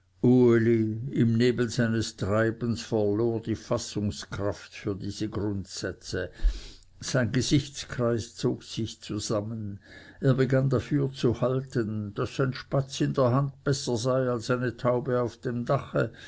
im nebel seines treibens verlor die fassungskraft für diese grundsätze sein gesichtskreis zog sich zusammen er begann dafür zu halten daß ein spatz in der hand besser sei als eine taube auf dem dache